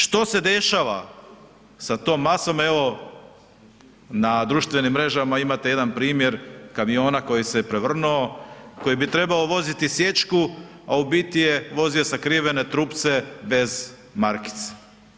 Što se dešava sa tom masom, evo na društvenim mrežama imate jedan primjer kamiona koji se je prevrnuo, koji bi trebao voziti sječku, a u biti je vozio sakrivene trupce bez markice.